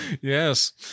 yes